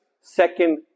second